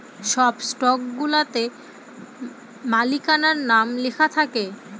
সব স্টকগুলাতে মালিকানার নাম লেখা থাকে